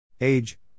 Age